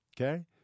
okay